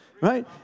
Right